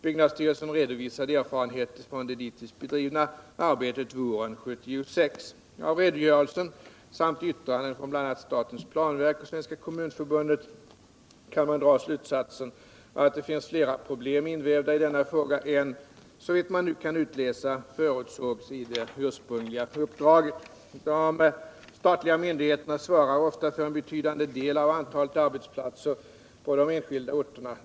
Byggnadsstyrelsen redovisade erfarenheter från det dittills bedrivna arbetet våren 1976. Av redogörelsen samt yttranden från bl.a. statens planverk och Svenska kommunförbundet kan man dra slutsatsen att det finns fler problem invävda i denna fråga än som — såvitt man nu kan utläsa — förutsågs i det ursprungliga uppdraget. De statliga myndigheterna svarar ofta för en betydande del av antalet arbetsplatser på de enskilda orterna.